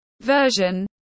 version